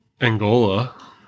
Angola